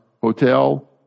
hotel